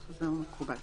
הנוסח הזה מקובל.